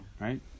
Right